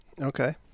okay